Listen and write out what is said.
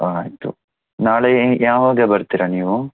ಹಾಂ ಆಯಿತು ನಾಳೆ ಯಾವಾಗ ಬರ್ತೀರ ನೀವು